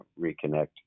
reconnect